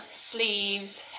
sleeves